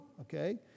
okay